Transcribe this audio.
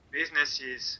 businesses